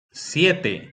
siete